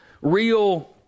real